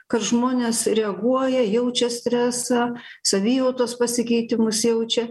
kad žmonės reaguoja jaučia stresą savijautos pasikeitimus jaučia